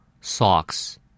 Socks